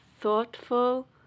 thoughtful